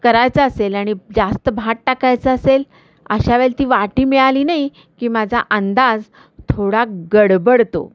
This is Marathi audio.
करायचा असेल आणि जास्त भात टाकायचा असेल अशा वेळेल ती वाटी मिळाली नाही की माझा अंदाज थोडा गडबडतो